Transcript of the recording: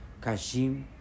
Kashim